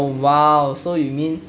oh !wow! so you mean